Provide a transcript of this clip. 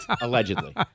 Allegedly